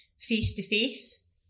face-to-face